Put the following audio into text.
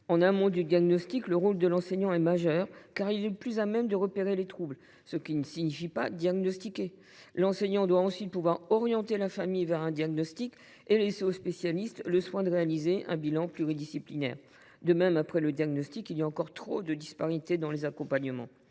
En amont, le rôle de l’enseignant est majeur, car il est le plus à même de repérer les troubles, ce qui ne signifie pas « diagnostiquer ». L’enseignant doit ensuite pouvoir orienter la famille vers un spécialiste, qui réalisera un diagnostic et un bilan pluridisciplinaire. De même, après le diagnostic, il existe encore trop de disparités dans les accompagnements.